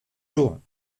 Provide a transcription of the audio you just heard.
jours